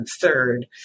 third